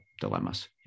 dilemmas